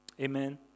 Amen